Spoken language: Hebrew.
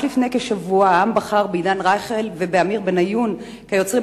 רק לפני כשבוע העם בחר בעידן רייכל ובעמיר בניון כיוצרים